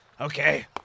okay